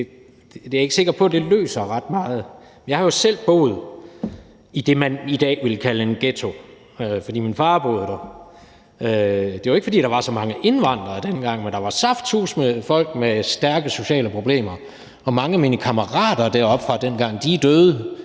er jeg ikke sikker på løser ret meget. Men jeg har selv boet i det, man i dag ville kalde en ghetto, fordi min far boede der, og det var ikke, fordi der var så mange indvandrere dengang, men der var saftsuseme folk med stærke sociale problemer, og mange af mine kammerater deroppefra dengang er døde